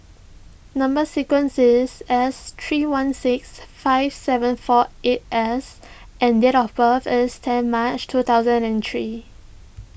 Number Sequence is S three one six five seven four eight S and date of birth is ten March two thousand and three